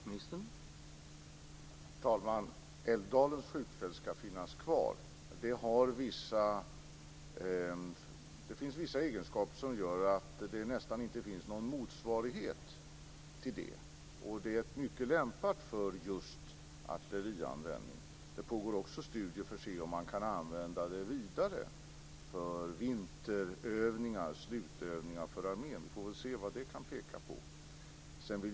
Herr talman! Älvdalens skjutfält ska finnas kvar. Det har vissa egenskaper som gör att det inte finns någon motsvarighet till det. Det är mycket lämpat för just artillerianvändning. Det pågår också studier för att se om man kan använda det för vinterövningar och slutövningar för armén. Vi får se vad det kan peka på.